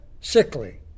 sickly